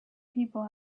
people